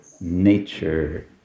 nature